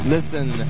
Listen